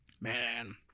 Man